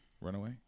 Runaway